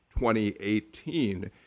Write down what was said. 2018